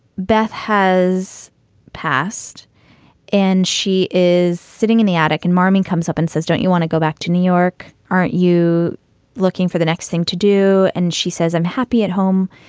beth has passed and she is sitting in the attic in marmy, comes up and says, don't you want to go back to new york? aren't you looking for the next thing to do? and she says, i'm happy at home.